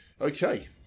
Okay